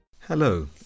Hello